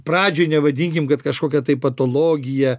pradžioj nevadinkim kad kažkokia tai patologija